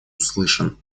услышан